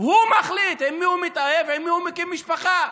הוא מחליט במי הוא מתאהב ועם מי הוא מקים משפחה.